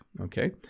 okay